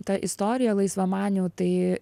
ta istorija laisvamanių tai